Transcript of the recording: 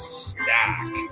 stack